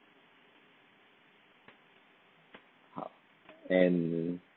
and